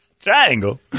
Triangle